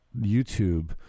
YouTube